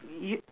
yo~